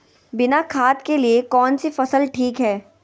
बिना खाद के लिए कौन सी फसल ठीक है?